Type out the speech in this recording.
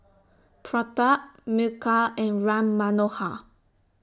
Pratap Milkha and Ram Manohar